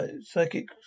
Psychic